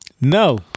No